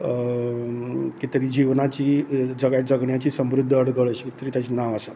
की ताचे जिवनाची जग जगण्याची समृध्द अडखळ अशें कितें तरी ताचें नांव आसा